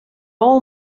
all